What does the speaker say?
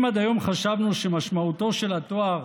אם עד היום חשבנו שמשמעותו של התואר